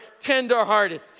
tender-hearted